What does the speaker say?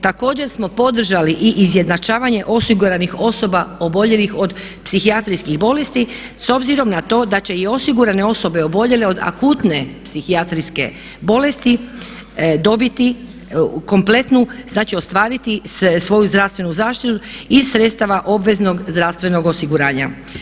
Također smo podržali i izjednačavanje osiguranih osoba oboljelih od psihijatrijskih bolesti s obzirom na to da će i osigurane osobe oboljele od akutne psihijatrijske bolesti dobiti kompletnu, znači ostvariti svoju zdravstvenu zaštitu iz sredstava obveznog zdravstvenog osiguranja.